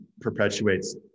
perpetuates